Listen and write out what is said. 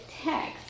text